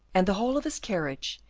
and the whole of his carriage,